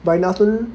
but in the afternoon